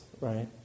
right